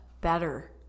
better